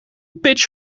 pitch